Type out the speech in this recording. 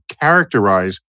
characterize